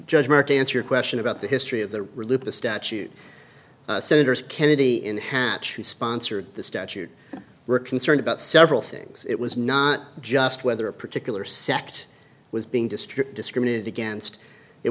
judge mark to answer your question about the history of the relive the statute senators kennedy in hatch who sponsored the statute were concerned about several things it was not just whether a particular sect was being district discriminated against it